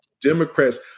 Democrats